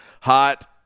Hot